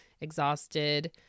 exhausted